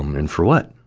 and for what?